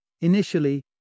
Initially